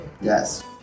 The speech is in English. Yes